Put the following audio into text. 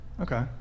okay